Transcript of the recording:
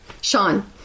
Sean